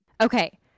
Okay